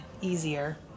easier